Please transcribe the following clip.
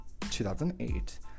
2008